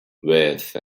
with